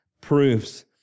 proofs